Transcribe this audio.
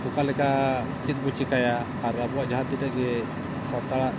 ᱚᱠᱟ ᱞᱮᱠᱟ ᱪᱮᱫ ᱵᱚᱱ ᱪᱤᱠᱟᱹᱭᱟ ᱟᱨ ᱟᱵᱚᱣᱟᱜ ᱡᱟᱦᱟᱸ ᱛᱤᱱᱟᱹᱜ ᱜᱮ ᱥᱟᱱᱛᱟᱲᱟᱜ